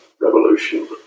revolution